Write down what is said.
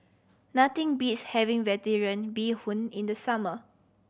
nothing beats having Vegetarian Bee Hoon in the summer